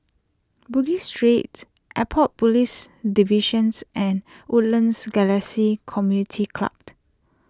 Bugis Street Airport Police Divisions and Woodlands Galaxy Community Clubt